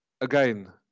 again